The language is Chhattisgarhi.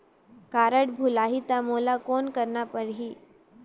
कारड भुलाही ता मोला कौन करना परही?